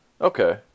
Okay